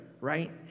right